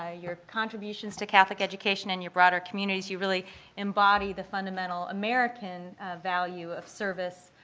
ah your contributions to catholic education and your broader communities. you really embody the fundamental american value of service.